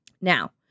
Now